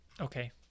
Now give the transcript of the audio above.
okay